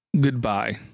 goodbye